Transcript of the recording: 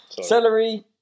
celery